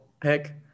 pick